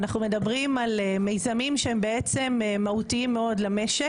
ואנחנו מדברים על מיזמים שהם מהותיים מאוד למשק.